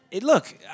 Look